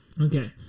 Okay